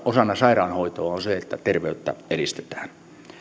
osana sairaanhoitoa on se että terveyttä edistetään